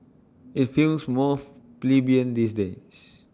IT feels more plebeian these days